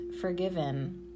forgiven